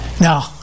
Now